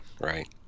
right